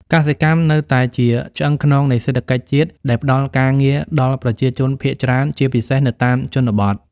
កសិកម្មនៅតែជាឆ្អឹងខ្នងនៃសេដ្ឋកិច្ចជាតិដែលផ្តល់ការងារដល់ប្រជាជនភាគច្រើនជាពិសេសនៅតាមជនបទ។